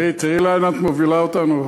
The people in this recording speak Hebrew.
תראי לאן את מובילה אותנו,